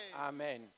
Amen